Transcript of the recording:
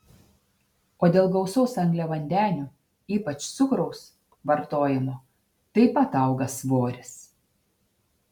o dėl gausaus angliavandenių ypač cukraus vartojimo taip pat auga svoris